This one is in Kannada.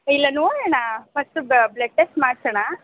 ಇಲ್ಲ ನೋಡೋಣ ಫಷ್ಟು ಬ ಬ್ಲಡ್ ಟೆಸ್ಟ್ ಮಾಡ್ಸೋಣ